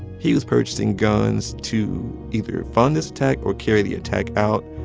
he was purchasing guns to either fund this attack or carry the attack out.